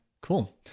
Cool